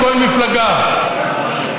מכל מפלגה,